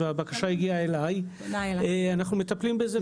הבקשה הגיעה אלי ואנחנו מטפלים בזה.